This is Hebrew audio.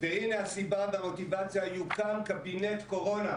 חוק שמחוקק ישנה את המשטר במדינת ישראל,